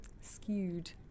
skewed